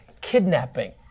kidnapping